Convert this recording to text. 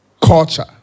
culture